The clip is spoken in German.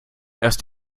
erst